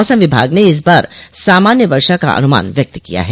मौसम विभाग ने इस बार सामान्य वर्षा का अनुमान व्यक्त किया है